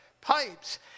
pipes